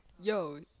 yo